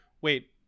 wait